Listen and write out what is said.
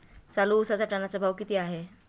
चालू उसाचा टनाचा भाव किती आहे?